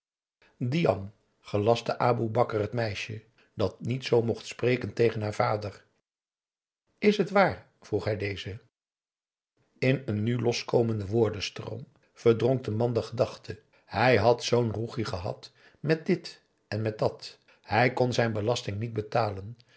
gelastte aboe bakar het meisje dat niet zoo mocht spreken tegen haar vader is het waar vroeg hij dezen in een nu loskomenden woordenstroom verdronk de man de gedachte hij had zoo'n roegi gehad met dit en met dat hij kon zijn belasting niet betalen